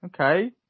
okay